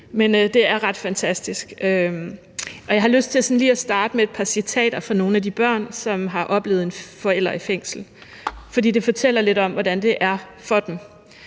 Så det er ret fantastisk. Jeg har lyst til lige at starte med et par citater fra nogle af de børn, som har oplevet en forælder i fængsel, fordi det fortæller lidt om, hvordan det er for dem.